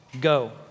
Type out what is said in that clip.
go